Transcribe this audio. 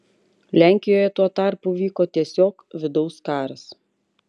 lenkijoje tuo tarpu vyko tiesiog vidaus karas